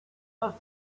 must